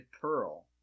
pearl